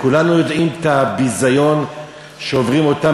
כולנו יודעים את הביזיון שעוברים אותם